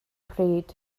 pryd